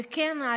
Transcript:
וכן,